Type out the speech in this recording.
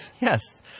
Yes